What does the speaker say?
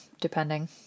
depending